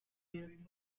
you